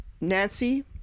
Nancy